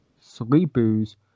sleepers